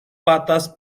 patas